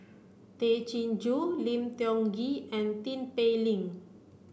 Tay Chin Joo Lim Tiong Ghee and Tin Pei Ling